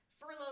furlough